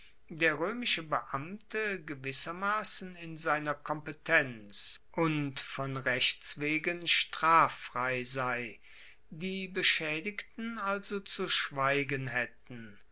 der roemische beamte gewissermassen in seiner kompetenz und von rechts wegen straffrei sei die beschaedigten also zu schweigen haetten